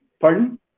Pardon